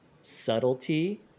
subtlety